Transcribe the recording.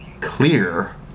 clear